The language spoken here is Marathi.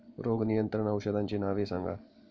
रोग नियंत्रण औषधांची नावे सांगा?